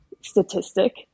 statistic